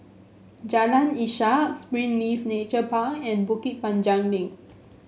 Jalan Ishak Springleaf Nature Park and Bukit Panjang Link